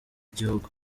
gihugu